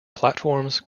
platforms